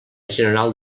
general